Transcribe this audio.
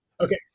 Okay